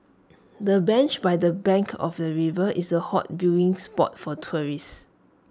the bench by the bank of the river is A hot viewing spot for tourist